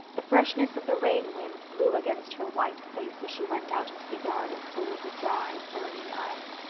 the freshness of the rain-wind blew against her white face as she went out into the yard, and cooled her dry, burning eyes.